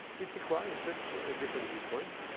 it requires just a different viewpoint.